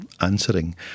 answering